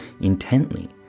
intently